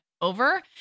over